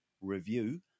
review